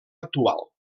actual